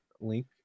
link